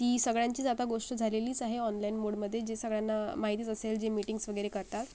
ती सगळ्यांचीच आता गोष्ट झालेलीच आहे ऑनलाईन मोडमध्ये जे सगळ्यांना माहितीच असेल जे मिटिंग्स वगैरे करतात